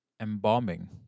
embalming